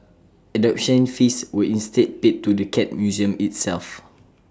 adoption fees were instead paid to the cat museum itself